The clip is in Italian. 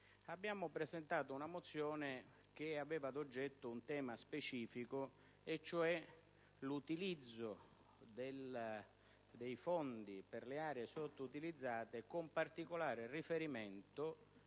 abbiamo presentato una mozione che aveva ad oggetto un tema specifico, cioè l'utilizzo dei Fondi per le aree sottoutilizzate, con particolare riferimento